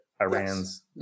iran's